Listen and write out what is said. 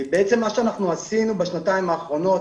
מה שעשינו בשנתיים האחרונות,